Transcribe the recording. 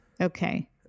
Okay